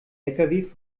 lkw